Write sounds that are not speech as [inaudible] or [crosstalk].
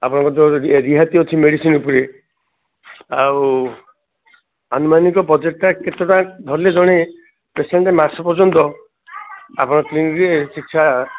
ଆପଣଙ୍କର ଯେଉଁ ରି ରିହାତି ଅଛି ମେଡ଼ିସିନ୍ ଉପରେ ଆଉ ଆନୁମାନିକ ବଜେଟଟା କେତେ ଟଙ୍କା ଧରିଲେ ଜଣେ ପେସେଣ୍ଟ ମାସ ପର୍ଯ୍ୟନ୍ତ ଆପଣ [unintelligible] ପିଛା